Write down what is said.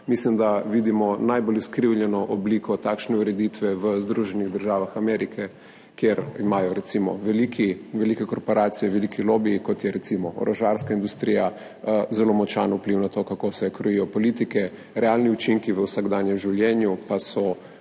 Mislim, da vidimo najbolj izkrivljeno obliko takšne ureditve v Združenih državah Amerike, kjer imajo recimo velike korporacije, veliki lobiji, kot je recimo orožarska industrija, zelo močan vpliv na to, kako se krojijo politike, realni učinki v vsakdanjem življenju pa so